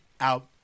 out